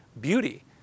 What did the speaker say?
beauty